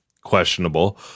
questionable